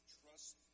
trust